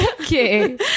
Okay